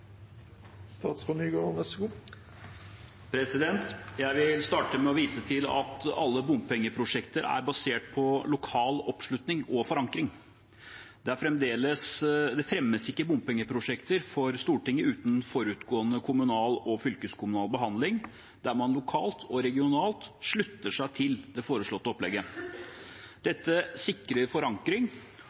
basert på lokal oppslutning og forankring. Det fremmes ikke bompengeprosjekter for Stortinget uten forutgående kommunal og fylkeskommunal behandling der man lokalt og regionalt slutter seg til det foreslåtte opplegget. Dette sikrer forankring